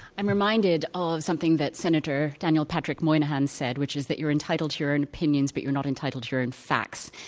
i'm reminded of something that senator daniel patrick moynihan said, which is that you're entitled to your own opinions, but you're not entitled to your own facts.